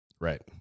Right